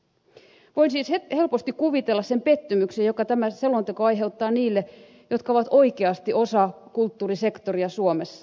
voin siis helposti kuvitella sen pettymyksen jonka tämä selonteko aiheuttaa niille jotka ovat oikeasti osa kulttuurisektoria suomessa